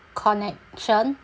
connection